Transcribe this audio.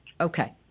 Okay